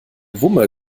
wumme